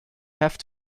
have